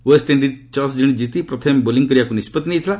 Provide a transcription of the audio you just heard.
West Indies toss ଜିତି ପ୍ରଥମେ bowling କରିବାକୁ ନିଷ୍ପଭି ନେଇଥିଲା